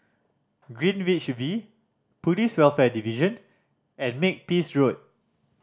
Greenwich V Police Welfare Division and Makepeace Road